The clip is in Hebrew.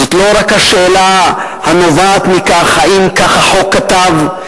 זאת לא רק השאלה הנובעת מכך, האם כך החוק כתב?